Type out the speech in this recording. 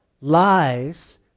Lies